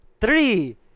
three